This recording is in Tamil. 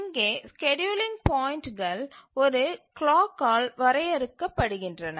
இங்கே ஸ்கேட்யூலிங் பாயிண்ட்டுகள் ஒரு கிளாக்கால் வரையறுக்கப்படுகின்றன